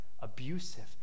abusive